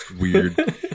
weird